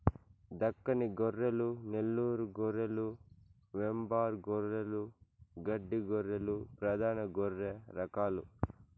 దక్కని గొర్రెలు, నెల్లూరు గొర్రెలు, వెంబార్ గొర్రెలు, గడ్డి గొర్రెలు ప్రధాన గొర్రె రకాలు